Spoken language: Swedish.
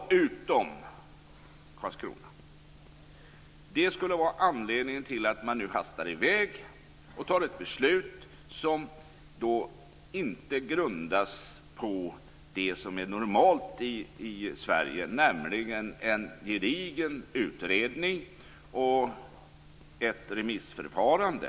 Snabbt beslut skulle vara anledningen till att man nu hastar iväg och fattar ett beslut som inte grundas på det som är normalt i Sverige, nämligen en gedigen utredning och ett remissförfarande.